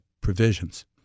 provisions